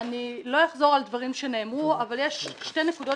לא אחזור על דברים שנאמרו אבל יש שתי נקודות